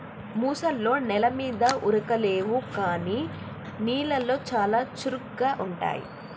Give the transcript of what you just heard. ముసల్లో నెల మీద ఉరకలేవు కానీ నీళ్లలో చాలా చురుగ్గా ఉంటాయి